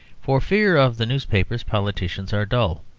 for fear of the newspapers politicians are dull,